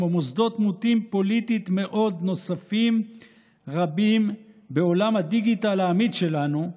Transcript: כמו מוסדות מוטים פוליטית מאוד נוספים רבים בעולם הדיגיטל האמיד שלנו,